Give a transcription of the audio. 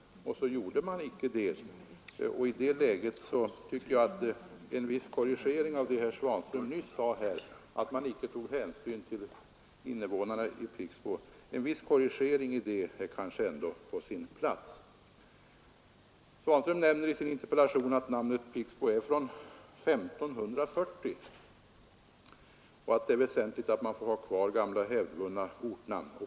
Invånarna gjorde inte det. I det läget tycker jag att en viss korrigering av vad herr Svanström nyss sade här, att man icke tog hänsyn till invånarna i Pixbo, ändå är på sin plats. Herr Svanström säger i sin interpellation att namnet Pixbo är från 1540 och att det är väsentligt att man får ha kvar gamla hävdvunna ortnamn.